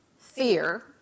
fear